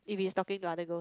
if he's talking to other girls